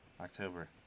october